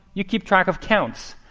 you keep track of counts.